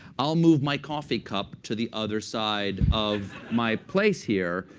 i'll move my coffee cup to the other side of my place here.